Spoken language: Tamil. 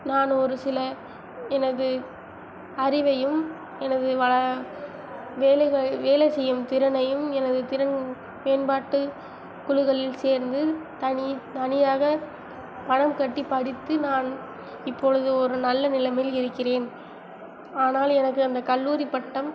நான் ஒரு சில எனது அறிவையும் எனது வள வேலைகளை வேலை செய்யும் திறனையும் எனது திறன் மேம்பாட்டு குழுக்களில் சேர்ந்து தனி தனியாக பணம் கட்டி படித்து நான் இப்பொழுது ஒரு நல்ல நிலைமையில் இருக்கிறேன் ஆனால் எனக்கு அந்த கல்லூரி பட்டம்